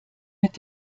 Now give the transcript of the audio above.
mit